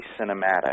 cinematic